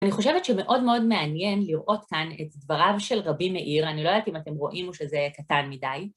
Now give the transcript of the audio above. אני חושבת שמאוד מאוד מעניין לראות כאן את דבריו של רבי מאיר, אני לא יודעת אם אתם רואים או שזה קטן מדי.